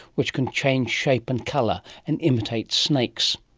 which can change shape and colour, and imitate snakes.